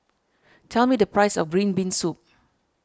tell me the price of Green Bean Soup